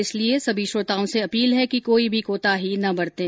इसलिए सभी श्रोताओं से अपील है कि कोई भी कोताही न बरतें